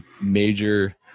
major